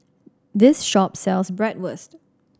this shop sells Bratwurst